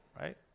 right